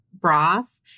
broth